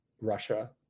russia